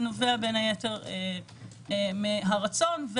זה נובע בין היתר מן הרצון,